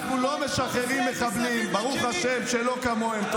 אנחנו לא משחררים מחבלים, ברוך השם, שלא כמוהם.